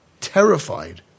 terrified